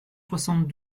soixante